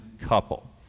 couple